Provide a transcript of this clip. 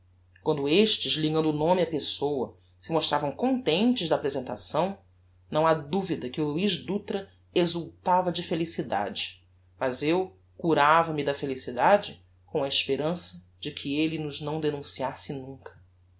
quando estes ligando o nome á pessoa se mostravam contentes da apresentação não ha duvida que o luiz dutra exultava de felicidade mas eu curava me da felicidade com a esperança de que elle nos não denunciasse nunca